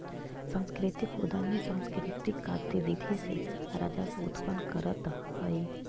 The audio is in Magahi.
सांस्कृतिक उद्यमी सांकृतिक गतिविधि से राजस्व उत्पन्न करतअ हई